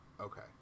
Okay